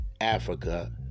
Africa